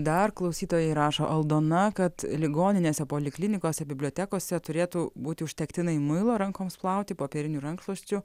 dar klausytojai rašo aldona kad ligoninėse poliklinikose bibliotekose turėtų būti užtektinai muilo rankoms plauti popierinių rankšluosčių